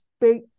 big